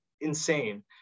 insane